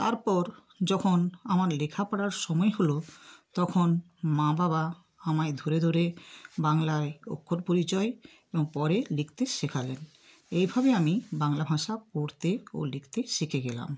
তারপর যখন আমার লেখা পড়ার সময় হলো তখন মা বাবা আমায় ধরে ধরে বাংলায় অক্ষর পরিচয় এবং পরে লিখতে শেখালেন এইভাবে আমি বাংলা ভাষা পড়তে ও লিখতে শিখে গেলাম